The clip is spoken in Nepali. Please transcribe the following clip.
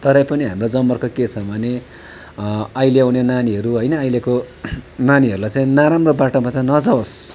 तरै पनि हाम्रो जमर्को के छ भने अहिले आउने नानीहरू होइन अहिलेको नानीहरूलाई चाहिँ नराम्रो बाटोमा चाहिँ नजाओस्